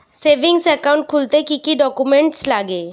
Savings account খুলতে কি কি ডকুমেন্টস লাগবে?